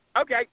Okay